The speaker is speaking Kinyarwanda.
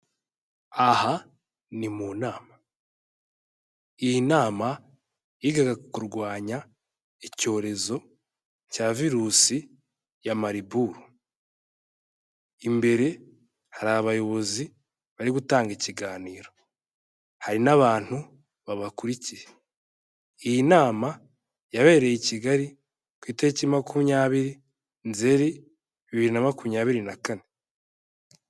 Aha ni mu nama, iyi nama yiga ku kurwanya icyorezo cya virusi ya maliburu, imbere hari abayobozi bari gutanga ikiganiro hari n'abantu babakurikiye. Iyi nama yabereye i Kigali ku itariki makumyabiri nzeri bibiri na makumyabiri na kane.